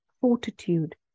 fortitude